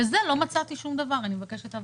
לזה לא מצאתי שום דבר, אני מבקשת הבהרה.